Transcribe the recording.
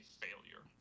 failure